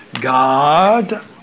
God